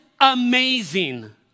amazing